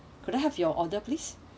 could I have your order please